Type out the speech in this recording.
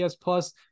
plus